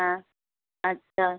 हाँ अच्छा